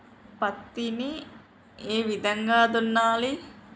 పత్తిని ఏ విధంగా దున్నాలి?